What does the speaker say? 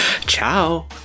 Ciao